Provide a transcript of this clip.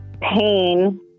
pain